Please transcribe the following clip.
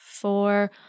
four